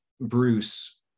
Bruce